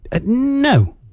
no